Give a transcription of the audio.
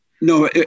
no